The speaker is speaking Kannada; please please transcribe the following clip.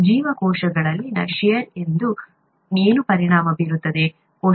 ಜೀವಕೋಶಗಳಲ್ಲಿನ ಷೇರ್ ನಿಂದ ಏನು ಪರಿಣಾಮ ಬೀರುತ್ತದೆ